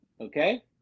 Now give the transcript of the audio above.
okay